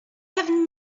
have